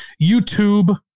YouTube